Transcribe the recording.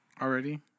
already